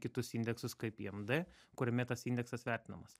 kitus indeksus kaip jiems imd kuriame tas indeksas vertinamas